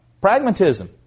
pragmatism